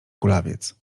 kulawiec